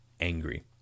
angry